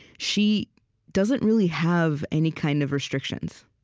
she doesn't really have any kind of restrictions.